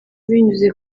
binyuze